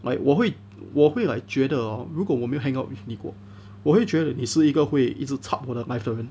like 我会我会 like 觉得 hor 如果我没有 hang out with 你过我会觉得你是一个会一直 chap 我的 life 的人